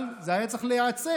אבל זה היה צריך להיעצר.